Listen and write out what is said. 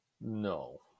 No